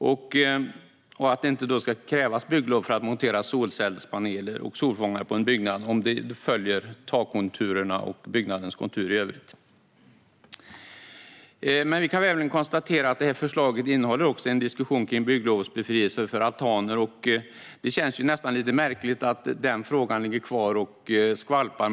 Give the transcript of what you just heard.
Det handlar om att det inte ska krävas bygglov för att montera solcellspaneler och solfångare på en byggnad om de följer takkonturerna och byggnadens konturer i övrigt. Men vi kan även konstatera att förslaget innehåller en diskussion kring bygglovsbefrielse för altaner. Det känns nästan lite märkligt att den frågan ligger kvar och skvalpar.